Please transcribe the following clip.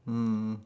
mm